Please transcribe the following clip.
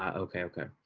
um okay, okay,